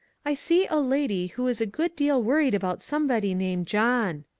i see a lady who is a good deal worried about somebody named john.